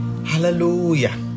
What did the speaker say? Hallelujah